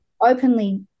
openly